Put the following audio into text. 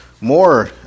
more